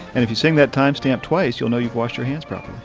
and if you sing that time stamp twice, you'll know you've wash your hands properly